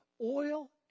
oil